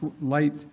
light